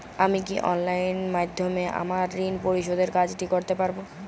আমি কি অনলাইন মাধ্যমে আমার ঋণ পরিশোধের কাজটি করতে পারব?